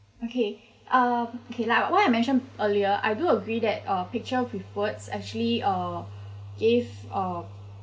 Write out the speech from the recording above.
okay um okay like what I mentioned earlier I do agree that uh picture with words actually uh give uh